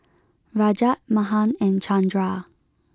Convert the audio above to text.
Rajat Mahan and Chandra